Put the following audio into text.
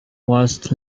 whilst